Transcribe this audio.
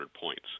points